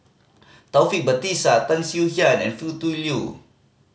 Taufik Batisah Tan Swie Hia and Foo Tu Liew